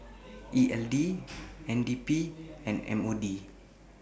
E L D N D P and M O D